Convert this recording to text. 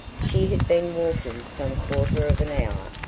she had been walking some quarter of an hour,